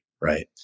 right